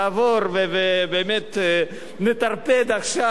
ולעבור ובאמת לטרפד עכשיו,